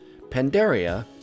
Pandaria